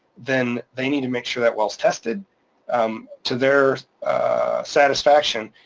then they need to make sure that well's tested to their satisfaction,